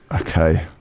Okay